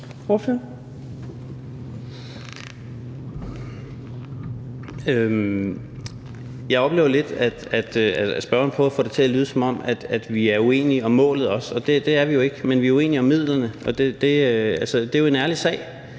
Jeg oplever lidt, at spørgeren prøver at få det til at lyde, som om vi også er uenige om målet, og det er vi jo ikke. Men vi er uenige om midlerne. Det er jo en ærlig sag.